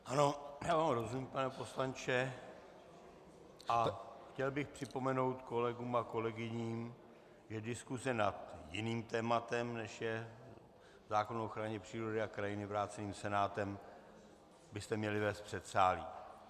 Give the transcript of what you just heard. Ano, já vám rozumím, pane poslanče, a chtěl bych připomenout kolegům a kolegyním, že diskuse nad jiným tématem, než je zákon o ochraně přírody a krajiny vrácený Senátem, byste měli vést v předsálí.